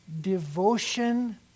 Devotion